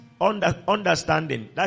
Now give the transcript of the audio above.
understanding